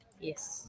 Yes